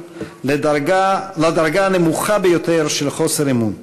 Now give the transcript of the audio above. לדרגה הנמוכה ביותר של חוסר אמון.